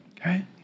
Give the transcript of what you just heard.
okay